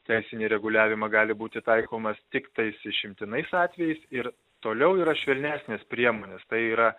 teisinį reguliavimą gali būti taikomas tiktais išimtinais atvejais ir toliau yra švelnesnės priemonės tai yra